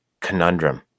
conundrum